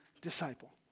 disciple